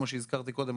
כמו שהזכרתי קודם,